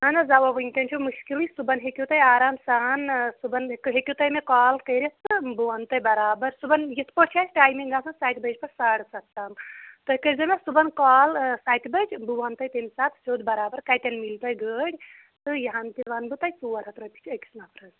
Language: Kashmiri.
اہن حظ اوا وٕنکٮ۪ن چھُ مُشکِلٕے صُبحن ہیٚکِو تۄہہِ آرام سان صُبحن ہیکِو تُہۍ مےٚ کال کٔرِتھ تہٕ بہٕ وَن تۄہہِ بَرابر صُبحن یِتھ پٲٹھۍ چھِ اسہِ ٹایمِنٛگ آسان سَتہِ بَجہِ پٮ۪ٹھ ساڈٕ سَتھ تام تُہۍ کٔرۍ زیو مےٚ صُبحن کال سَتہِ بَجہِ بہٕ وَن تۄہہِ تَمہِ سات سیٚود بَرابر کَتٮ۪ن مِلہِ تۄہہِ گٲڑۍ تہٕ یِہَن تہِ وَن بہٕ تۄہہِ ژور ہَتھ رۄپیہِ چھِ أکِس نَفرَس